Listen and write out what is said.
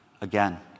Again